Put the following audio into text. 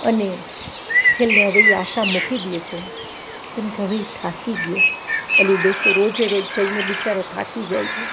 અને છેલ્લે હવે એ આશા મૂકી દે છે કેમકે હવે એ થાકી ગયો અલી ડોસો રોજે રોજ જઈને બિચારો થાકી જાય છે